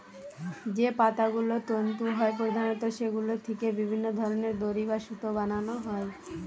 যে পাতাগুলো তন্তু হয় প্রধানত সেগুলো থিকে বিভিন্ন ধরনের দড়ি বা সুতো বানানা হয়